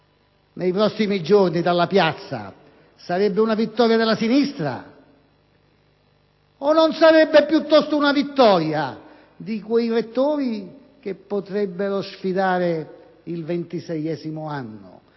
nei prossimi giorni dalla piazza, sarebbe una vittoria della sinistra o non sarebbe, piuttosto, una vittoria di quei rettori che vorrebbero sfidare il 26° anno?